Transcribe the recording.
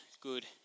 good